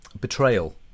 betrayal